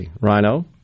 Rhino